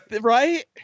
right